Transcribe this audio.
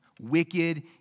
wicked